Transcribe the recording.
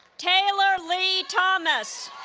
taylor leigh thomas